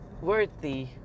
worthy